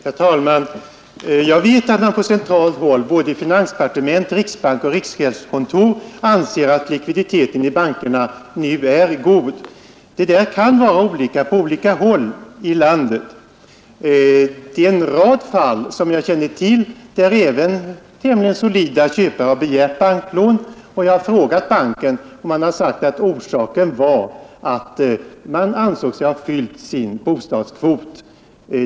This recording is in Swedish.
Herr talman! Jag vet att man på centralt håll — i finansdepartementet, i riksbanken och i riksgäldskontoret — anser att likviditeten i bankerna nu är god. Det kan emellertid vara litet olika med det på olika håll i landet. Och jag känner till en rad fall där även tämligen solida köpare som begärt banklån har fått avslag. När jag då frågat banken om orsaken har man svarat, att man ansåg sig ha fyllt sin bostadskvot.